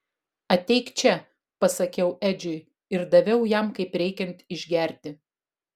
ateik čia pasakiau edžiui ir daviau jam kaip reikiant išgerti